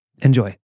Enjoy